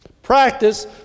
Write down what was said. Practice